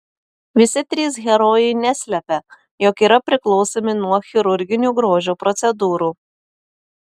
visi trys herojai neslepia jog yra priklausomi nuo chirurginių grožio procedūrų